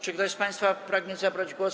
Czy ktoś z państwa pragnie zabrać głos?